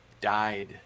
died